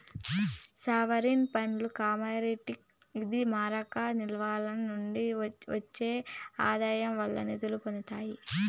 sovereign ఫండ్లు commodity ఇది మారక నిల్వల నుండి ఒచ్చే ఆదాయాల వల్లే నిదుల్ని పొందతాయి